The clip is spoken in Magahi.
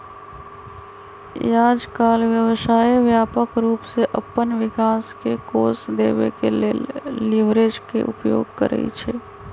याजकाल व्यवसाय व्यापक रूप से अप्पन विकास के कोष देबे के लेल लिवरेज के उपयोग करइ छइ